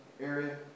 area